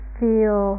feel